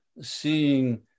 seeing